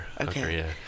Okay